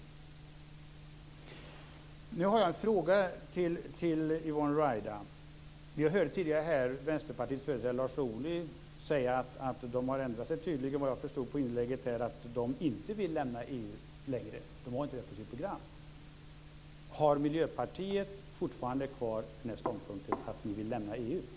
Jag har en fråga till Yvonne Ruwaida. Vi hörde tidigare här Vänsterpartiets företrädare Lars Ohly säga att Vänsterpartiet tydligen har ändrat sig, vad jag förstod på inlägget. Vänsterpartiet vill inte längre att Sverige lämnar EU - partiet har inte det på sitt program. Har Miljöpartiet fortfarande kvar ståndpunkten att man vill lämna EU?